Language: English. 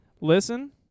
Listen